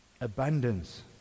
Abundance